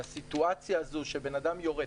הסיטואציה הזו שבן אדם יורד,